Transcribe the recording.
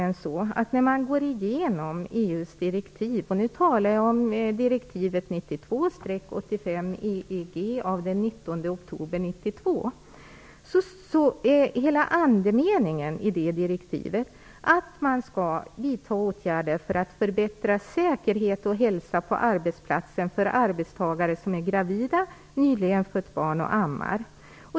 När man går igenom EU:s direktiv - och nu talar jag om direktivet 92/85 EEG av den 19 oktober 1992 - märker man att hela andemeningen är att åtgärder skall vidtas för att förbättra säkerhet och hälsa på arbetsplatsen för arbetstagare som är gravida, som nyligen har fött barn och som ammar.